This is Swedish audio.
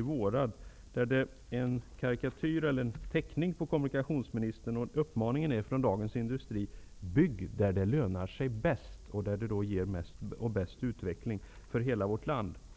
våras i Dagens Industri finns en karikatyr på kommunikationsministern med uppmaningen: Bygg där det lönar sig bäst och där det ger bäst utveckling för hela vårt land!